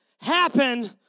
happen